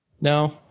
No